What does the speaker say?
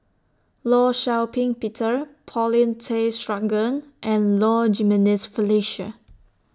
law Shau Ping Peter Paulin Tay Straughan and Low Jimenez Felicia